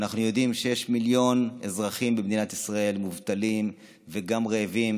כשאנחנו יודעים שיש מיליון אזרחים במדינת ישראל מובטלים וגם רעבים,